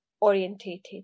orientated